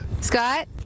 Scott